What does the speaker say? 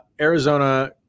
Arizona